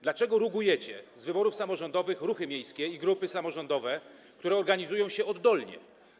Dlaczego rugujecie z wyborów samorządowych ruchy miejskie i grupy samorządowe, które organizują się oddolnie?